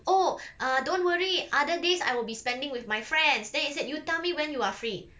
oh uh don't worry other days I will be spending with my friends then he said you tell me when you are free